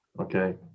Okay